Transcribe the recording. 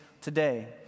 today